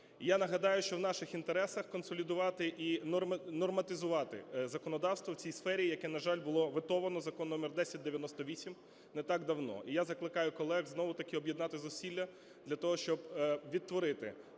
Я нагадаю, що в наших інтересах консолідувати і норматизувати законодавство в цій сфері, яке, на жаль, було ветовано (Закон номер 1098) не так давно. І я закликаю колег знову-таки об'єднати зусилля для того, щоб відтворити